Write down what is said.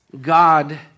God